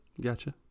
gotcha